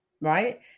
right